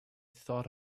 thought